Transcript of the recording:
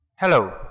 Hello